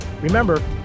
remember